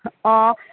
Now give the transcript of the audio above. অঁ